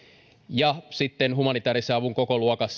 ja sitten humanitäärisen avun kokoluokkaa